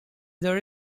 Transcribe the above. there